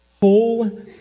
Whole